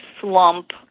slump